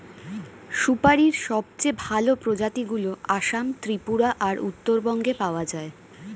সুপারীর সবচেয়ে ভালো প্রজাতিগুলো আসাম, ত্রিপুরা আর উত্তরবঙ্গে পাওয়া যায়